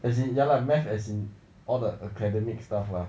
as in ya like math as in all the academic stuff lah